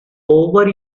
over